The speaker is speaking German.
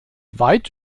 weit